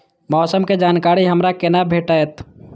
मौसम के जानकारी हमरा केना भेटैत?